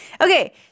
Okay